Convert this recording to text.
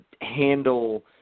handle